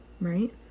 right